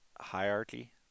hierarchy